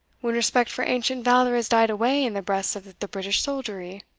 when respect for ancient valour has died away in the breasts of the british soldiery.